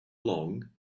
long